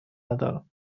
ندارم